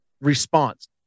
response